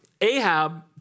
Ahab